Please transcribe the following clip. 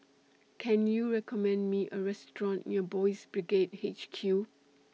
Can YOU recommend Me A Restaurant near Boys' Brigade H Q